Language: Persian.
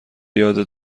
یادت